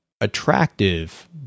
attractive